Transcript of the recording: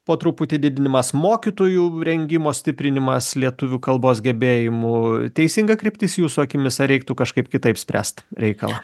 po truputį didinimas mokytojų rengimo stiprinimas lietuvių kalbos gebėjimų teisinga kryptis jūsų akimis ar reiktų kažkaip kitaip spręst reikalą